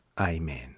Amen